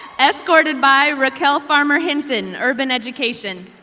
escorted by raquel farmer hinton, urban education.